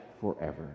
forever